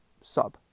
sub